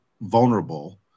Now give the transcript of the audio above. vulnerable